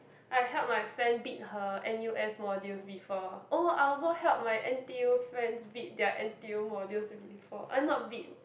I help my friend bid her N_U_S modules before oh I also help my N_T_U friends bid their N_T_U modules before uh not bid